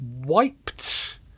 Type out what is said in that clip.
wiped